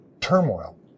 turmoil